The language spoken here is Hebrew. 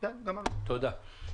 תודה.